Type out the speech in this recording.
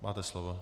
Máte slovo.